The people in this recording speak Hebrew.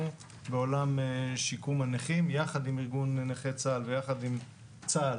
בעולם שיקום הנכים יחד עם ארגון נכי צה"ל ויחד עם צה"ל,